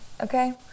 okay